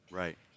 right